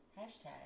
Hashtag